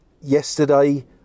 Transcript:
Yesterday